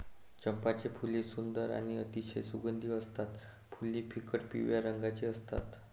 चंपाची फुले सुंदर आणि अतिशय सुगंधी असतात फुले फिकट पिवळ्या रंगाची असतात